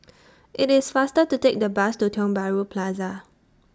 IT IS faster to Take The Bus to Tiong Bahru Plaza